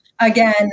again